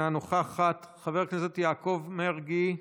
אינה נוכחת, חבר הכנסת יעקב מרגי,